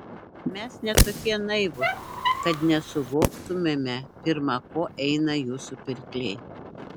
mes ne tokie naivūs kad nesuvoktumėme pirma ko eina jūsų pirkliai